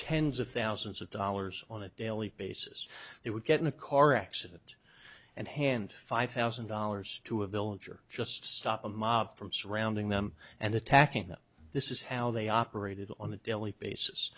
thousands of dollars on a daily basis it would get in a car accident and hand five thousand dollars to a village or just stop a mob from surrounding them and attacking that this is how they operated on a daily basis